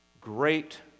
great